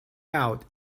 out